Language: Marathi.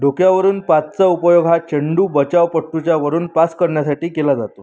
डोक्यावरून पाचचा उपयोग हा चेंडू बचावपटूच्या वरून पास करण्यासाठी केला जातो